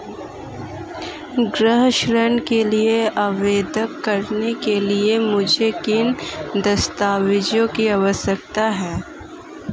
गृह ऋण के लिए आवेदन करने के लिए मुझे किन दस्तावेज़ों की आवश्यकता है?